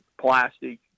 plastic